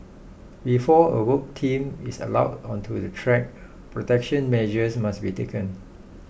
before a work team is allowed onto the track protection measures must be taken